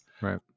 Right